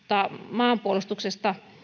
maanpuolustuksen